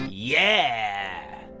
yeah!